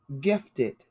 Gifted